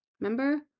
Remember